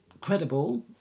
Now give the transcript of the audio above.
credible